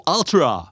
Ultra